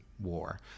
war